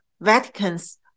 Vatican's